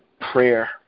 prayer